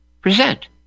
present